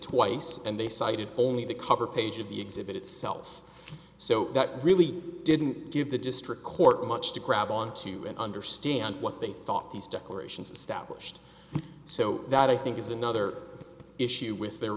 twice and they cited only the cover page of the exhibit itself so that really didn't give the district court much to grab on to understand what they thought these declarations established so that i think is another issue with their